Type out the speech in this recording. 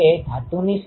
તેથી P બિંદુ અહી હશે